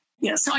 Yes